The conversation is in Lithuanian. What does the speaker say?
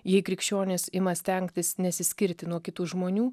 jei krikščionys ima stengtis nesiskirti nuo kitų žmonių